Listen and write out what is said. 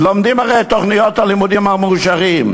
לומדים את תוכניות הלימודים המאושרות,